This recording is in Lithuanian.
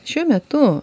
šiuo metu